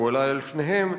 או אולי על שניהם,